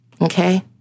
Okay